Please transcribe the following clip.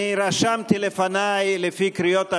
אני רשמתי לפניי, לפי קריאות הביניים,